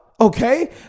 Okay